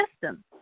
system